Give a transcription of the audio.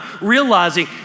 realizing